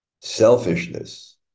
selfishness